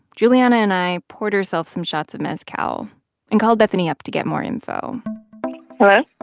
juliana and i poured ourselves some shots of mezcal and called bethany up to get more info hello?